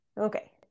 Okay